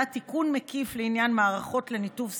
תיקון מקיף לעניין מערכות לניתוב שיחות,